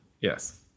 yes